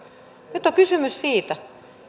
nyt on kysymys siitä